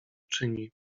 czyni